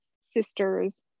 sisters